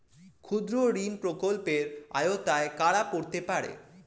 ক্ষুদ্রঋণ প্রকল্পের আওতায় কারা পড়তে পারে?